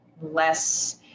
less